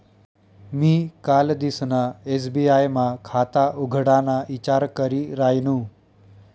मी कालदिसना एस.बी.आय मा खाता उघडाना ईचार करी रायनू